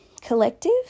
collective